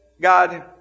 God